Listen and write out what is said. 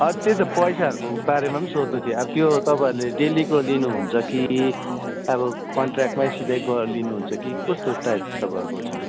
हत त्यही त पैसाहरूको बारेमा पनि सोध्नु थियो अब त्यो तपाईँहरूले डेल्लीको लिनुहुन्छ कि अब कन्ट्रयाकमै सिधै गरेर लिनुहुन्छ कि कस्तो टाइप तपाईँहरूको छ